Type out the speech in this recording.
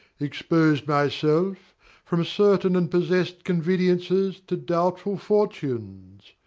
expos'd myself from certain and possess'd conveniences to doubtful fortunes,